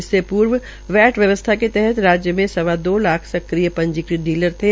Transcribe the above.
इससे पूर्व वैट व्यवस्था के तहत राज्य में सवा दो लाख सक्रिय पंजीकृत डीलर थे